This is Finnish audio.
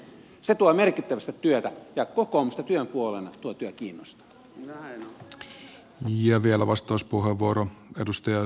se tuo merkittävästi työtä ja kokoomusta työn puolueena tuo työ kiinnostaa